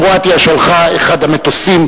קרואטיה שלחה אחד המטוסים,